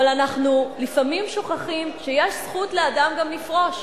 אבל אנחנו לפעמים שוכחים שיש זכות לאדם גם לפרוש.